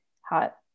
hot